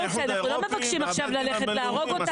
בית הדין הבין-לאומי,